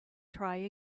try